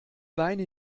beine